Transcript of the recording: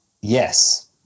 Yes